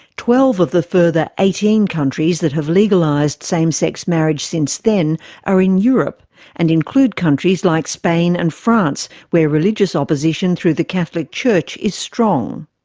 twelve of the further eighteen countries that have legalised same-sex marriage since then are in europe and include countries like spain and france where religious opposition through the catholic church is strong.